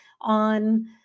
on